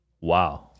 Wow